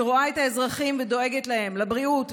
שרואה את האזרחים ודואגת להם לבריאות,